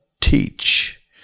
teach